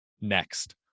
Next